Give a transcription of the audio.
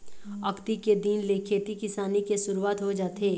अक्ती के दिन ले खेती किसानी के सुरूवात हो जाथे